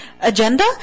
agenda